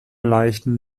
leichten